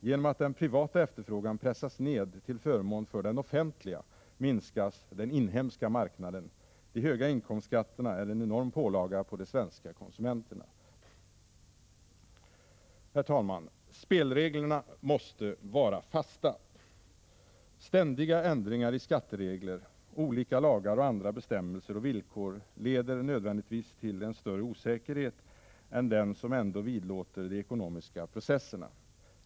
Genom att den privata efterfrågan pressas ned till förmån för den offentliga minskas den inhemska marknaden. De höga inkomstskatterna är en enorm pålaga på de svenska konsumenterna. Herr talman! Spelreglerna måste vara fasta. Ständiga ändringar i skatteregler, olika lagar och andra bestämmelser och villkor leder nödvändigtvis till en större osäkerhet än den som ändå vidlåder de ekonomiska processerna.